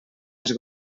més